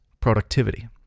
productivity